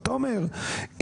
אתה אומר,